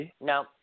no